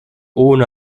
ohne